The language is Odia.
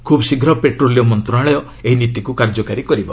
ଖୁବ୍ ଶୀଘ୍ର ପେଟ୍ରୋଲିୟମ୍ ମନ୍ତ୍ରଣାଳୟ ଏହି ନୀତିକୁ କାର୍ଯ୍ୟକାରୀ କରିବ